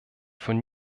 von